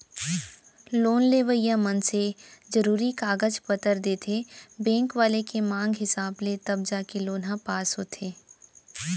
loan लेवइया मनसे जरुरी कागज पतर देथे बेंक वाले के मांग हिसाब ले तब जाके लोन ह पास होथे